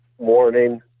morning